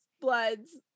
bloods